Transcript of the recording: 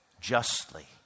justly